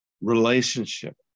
relationship